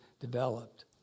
developed